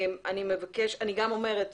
אני גם אומרת,